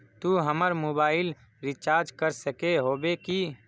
तू हमर mobile recharge कर सके होबे की?